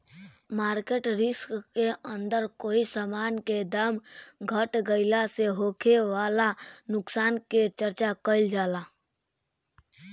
market risk के अंदर कोई समान के दाम घट गइला से होखे वाला नुकसान के चर्चा काइल जाला